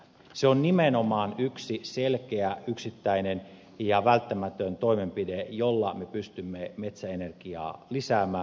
se on nimenomaan yksi yksittäinen selkeä ja välttämätön toimenpide jolla me pystymme metsäenergiaa lisäämään